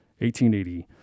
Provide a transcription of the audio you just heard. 1880